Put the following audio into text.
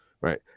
Right